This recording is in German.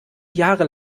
jahre